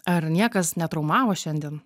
ar niekas netraumavo šiandien